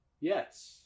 yes